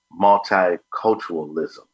multiculturalism